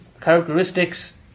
characteristics